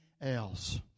else